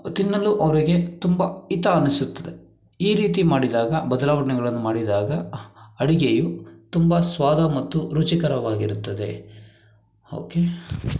ತಿನ್ನಲು ಅವರಿಗೆ ತುಂಬ ಹಿತ ಅನಿಸುತ್ತದೆ ಈ ರೀತಿ ಮಾಡಿದಾಗ ಬದಲಾವಣೆಗಳನ್ನು ಮಾಡಿದಾಗ ಅಡಿಗೆಯು ತುಂಬ ಸ್ವಾದ ಮತ್ತು ರುಚಿಕರವಾಗಿರುತ್ತದೆ ಓಕೆ